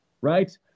right